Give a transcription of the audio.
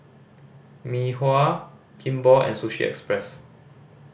Mei Hua Kimball and Sushi Express